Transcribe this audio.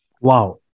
Wow